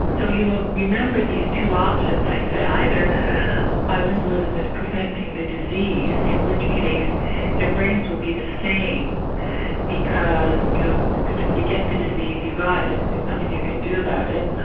so you will remember these two options i said either bilingualism is preventing the disease, in which case their brains will be the same because you know if you get the disease, you've got it, there's nothing you can do about it,